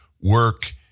work